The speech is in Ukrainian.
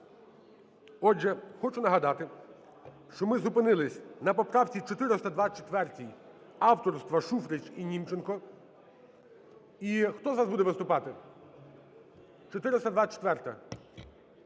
Отже, хочу нагадати, що ми зупинились на поправці 424 авторства Шуфрич і Німченко. І хто з вас буде виступати? 424-а.